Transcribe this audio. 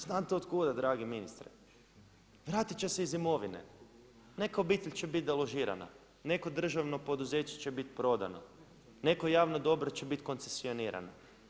Znate otkuda dragi ministre vratiti će se iz imovine, neka obitelj će biti deložirana, neko državno poduzeće će biti prodano, neko javno dobro će biti koncesionirano.